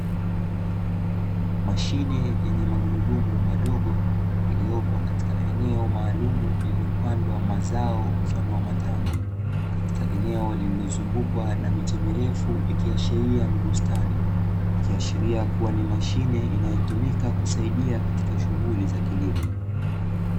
Mashine yenye magurudumu madogo, iliyopo katika eneo maalumu lililopandwa mazao mfano wa matango katika eneo lililo zungukwa na miche mirefu ikiashiria ni bustani ikiashiria kuwa ni mashine, inayotumika kusaidia katika shughuli za kilimo.